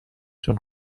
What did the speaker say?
چون